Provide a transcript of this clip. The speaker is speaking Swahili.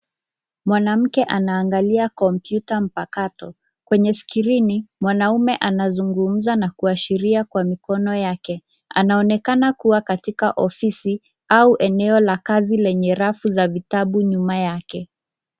Mwanamke anaangalia kompyuta mpakato. Kwenye skrini, mwanaume anazungumza na kuashiria kwa mikono yake. Anaonekana kuwa katika ofisi au eneo la kazi lenye rafu za vitabu nyuma yake.